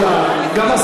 יישובים יהודיים במקומם.